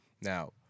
Now